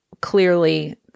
clearly